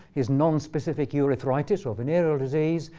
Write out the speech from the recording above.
is nonspecific urethritis, or venereal disease.